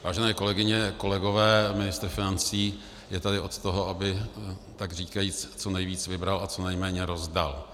Vážené kolegyně, kolegové, ministr financí je tady od toho, aby takříkajíc co nejvíc vybral a co nejméně rozdal.